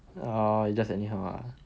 oh you just anyhow